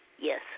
Yes